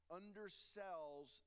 undersells